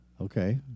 Okay